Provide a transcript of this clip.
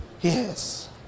Yes